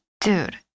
dude